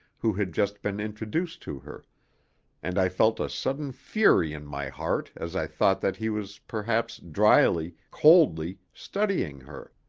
who had just been introduced to her and i felt a sudden fury in my heart as i thought that he was perhaps dryly, coldly, studying her,